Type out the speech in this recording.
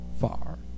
far